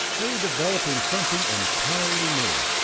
they were developing something entirely new,